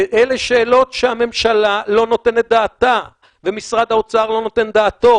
ואלה שאלות שהממשלה לא נותנת דעתה ומשרד האוצר לא נותן דעתו,